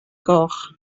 goch